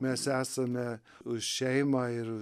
mes esame už šeimą ir už